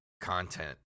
content